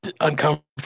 uncomfortable